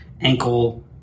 ankle